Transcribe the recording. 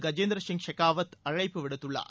கஜேந்திர சிங் ஷெகாவத் அழைப்பு விடுத்துள்ளார்